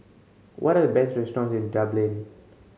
what are the best restaurant in Dublin